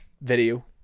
video